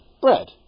bread